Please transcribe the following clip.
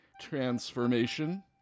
Transformation